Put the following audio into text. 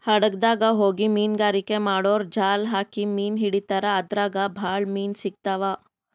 ಹಡಗ್ದಾಗ್ ಹೋಗಿ ಮೀನ್ಗಾರಿಕೆ ಮಾಡೂರು ಜಾಲ್ ಹಾಕಿ ಮೀನ್ ಹಿಡಿತಾರ್ ಅದ್ರಾಗ್ ಭಾಳ್ ಮೀನ್ ಸಿಗ್ತಾವ್